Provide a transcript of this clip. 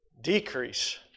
decrease